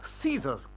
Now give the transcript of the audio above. Caesar's